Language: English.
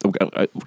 okay